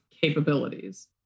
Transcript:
capabilities